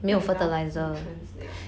not enough nutrients ya